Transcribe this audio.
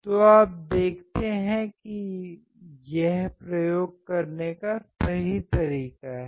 तो आप देखते हैं कि यह प्रयोग करने का सही तरीका है